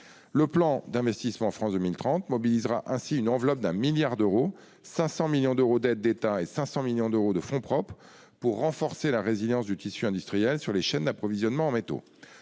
Le plan d'investissement France 2030 mobilisera ainsi une enveloppe de 1 milliard d'euros- 500 millions d'aides d'État et 500 millions de fonds propres -pour renforcer la résilience du tissu industriel sur les chaînes d'approvisionnement en métaux.